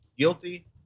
Guilty